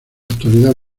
actualidad